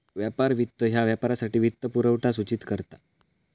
व्यापार वित्त ह्या व्यापारासाठी वित्तपुरवठा सूचित करता